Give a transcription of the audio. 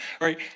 Right